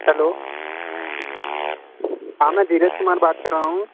hello हाँ मैं धीरज कुमार बात कर रहा हूँ